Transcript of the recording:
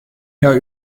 her